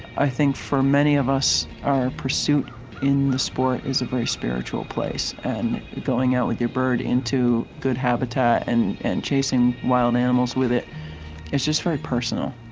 i think for many of us, our pursuit in the sport is a very spiritual place, and going out with your bird into good habitat and and chasing wild animals with it is just very personal.